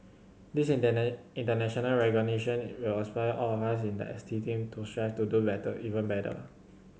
this international recognition will inspire all of us in the S T team to strive to do better even better